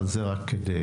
אבל זה רק כדי